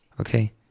Okay